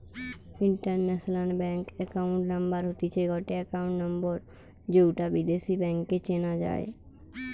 international bank account number হতিছে গটে account number যৌটা বিদেশী ব্যাংকে চেনা যাই